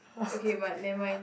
okay but never mind